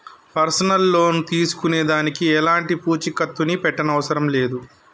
personal loan తీసుకునే దానికి ఎలాంటి పూచీకత్తుని పెట్టనవసరం లేదు